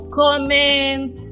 comment